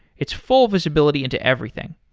it's full visibility into everything.